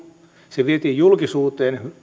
se vietiin julkisuuteen